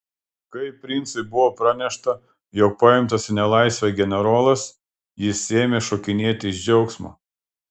kai princui buvo pranešta jog paimtas į nelaisvę generolas jis ėmė šokinėti iš džiaugsmo